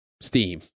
Steam